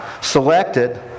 selected